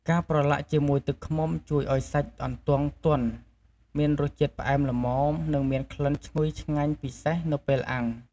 ការប្រឡាក់ជាមួយទឹកឃ្មុំជួយឱ្យសាច់អន្ទង់ទន់ មានរសជាតិផ្អែមល្មម និងមានក្លិនឈ្ងុយឆ្ងាញ់ពិសេសនៅពេលអាំង។